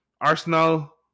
Arsenal